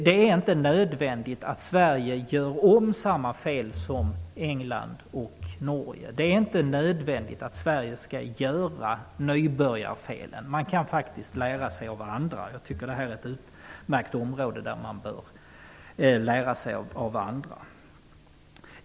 Det är inte nödvändigt att Sverige gör om samma fel som England och Norge har gjort. Det är inte nödvändigt att Sverige gör nybörjarfelen. Man kan faktiskt lära sig av andra, och det här är ett område där det är utmärkt att göra det.